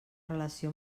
relació